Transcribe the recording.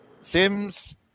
Sims